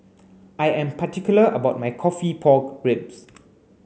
I am particular about my coffee pork ribs